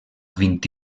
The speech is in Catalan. vint